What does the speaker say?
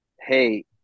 hey